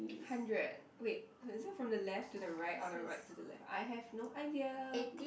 hundred wait is it from the left to the right or the right to the left I have no idea